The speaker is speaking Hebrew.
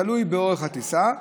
תלוי באורך הטיסה,